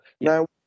Now